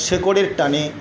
শেকড়ের টানে